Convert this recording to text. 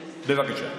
בבקשה.